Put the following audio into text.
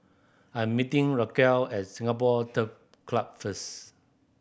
I'm meeting Raquel as Singapore Turf Club first